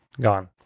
Gone